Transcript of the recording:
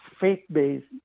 faith-based